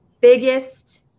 biggest